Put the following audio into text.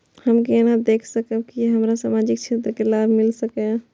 हम केना देख सकब के हमरा सामाजिक क्षेत्र के लाभ मिल सकैये?